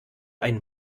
einen